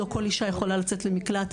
לא כל אישה יכולה לצאת למקלט,